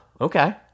okay